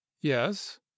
Yes